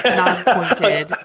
non-pointed